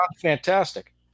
fantastic